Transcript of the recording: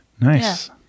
Nice